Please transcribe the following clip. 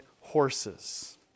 horses